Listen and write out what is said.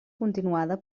continuada